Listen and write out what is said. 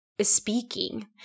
speaking